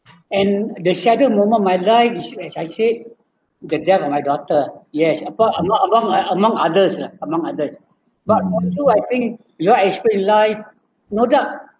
and the saddest moment my life is which I said the death of my daughter yes but among among uh among others ah among others but to you I think you're expert in life